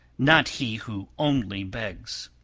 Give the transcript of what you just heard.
not he who only begs.